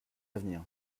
d’avenir